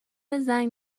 زنگ